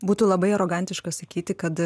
būtų labai arogantiška sakyti kad